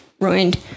ruined